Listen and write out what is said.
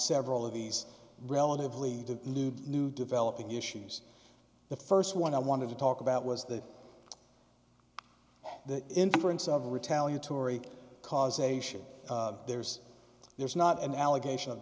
several of these relatively new new developing issues the st one i wanted to talk about was the the inference of retaliatory causation there's there's not an allegation of